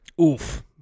oof